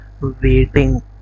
waiting